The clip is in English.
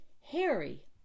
Harry